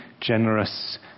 generous